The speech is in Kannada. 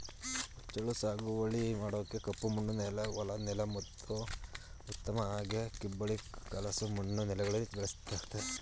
ಹುಚ್ಚೆಳ್ಳು ಸಾಗುವಳಿ ಮಾಡೋಕೆ ಕಪ್ಪಮಣ್ಣು ಹೊಲ ನೆಲ ಉತ್ತಮ ಹಾಗೆ ಕಿಬ್ಬಳಿ ಕಲಸು ಮಣ್ಣು ನೆಲಗಳಲ್ಲಿ ಬೆಳೆಸಲಾಗ್ತದೆ